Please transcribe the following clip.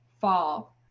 fall